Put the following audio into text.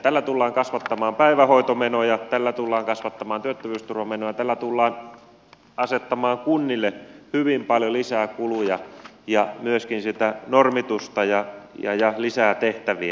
tällä tullaan kasvattamaan päivähoitomenoja tällä tullaan kasvattamaan työttömyysturvamenoja tällä tullaan asettamaan kunnille hyvin paljon lisää kuluja ja myöskin normitusta ja lisää tehtäviä